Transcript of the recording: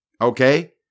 Okay